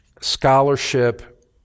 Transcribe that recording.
scholarship